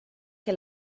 que